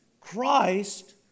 Christ